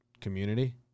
community